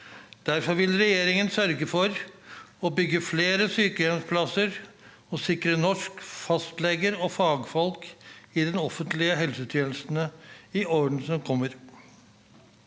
Derfor vil regjeringen sørge for å bygge flere sykehjemsplasser og sikre nok fastleger og fagfolk i den offentlige helsetjenesten i årene som kommer.